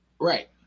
Right